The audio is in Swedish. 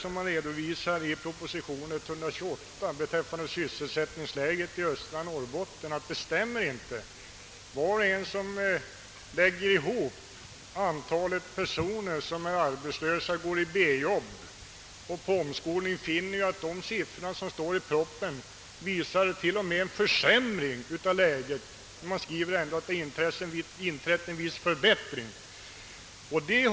Om man lägger ihop antalet personer som är arbetslösa med dem som har beredskapsarbete och med dem som är under omskolning finner man att siffrorna i propositionen t.o.m. visar en försämring av läget, trots att det sägs att en viss förbättring inträtt.